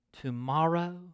Tomorrow